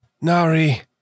Nari